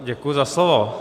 Děkuji za slovo.